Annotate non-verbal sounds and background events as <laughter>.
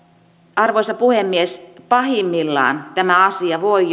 arvoisa puhemies pahimmillaan tämä asia voi <unintelligible>